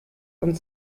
und